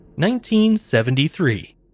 1973